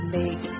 Make